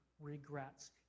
regrets